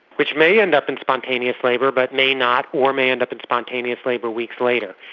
which may end up in spontaneous labour but may not or may end up in spontaneous labour weeks later.